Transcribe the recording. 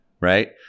right